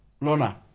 Lona